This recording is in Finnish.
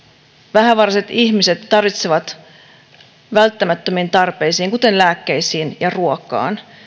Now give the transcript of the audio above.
vähävaraiset ihmiset tarvitsevat sitä välttämättömiin tarpeisiin kuten lääkkeisiin ja ruokaan